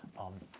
um,